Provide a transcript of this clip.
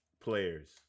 players